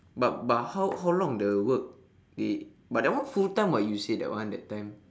but but how how long the work they but that one full time [what] you say that one that time